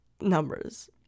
numbers